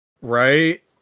Right